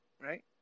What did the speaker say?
right